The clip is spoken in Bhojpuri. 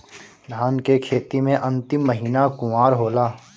धान के खेती मे अन्तिम महीना कुवार होला?